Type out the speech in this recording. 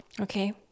Okay